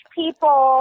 people